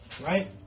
right